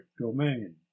domain